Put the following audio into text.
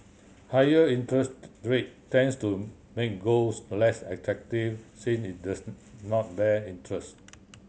higher rate tends to make golds less attractive since it does not bear interest